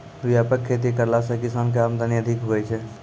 व्यापक खेती करला से किसान के आमदनी अधिक हुवै छै